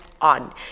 on